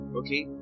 okay